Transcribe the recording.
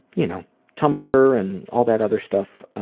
you know tumblr and all that other stuff,